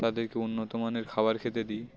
তাদেরকে উন্নত মানের খাবার খেতে দিই